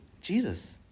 Jesus